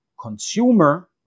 consumer